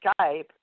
Skype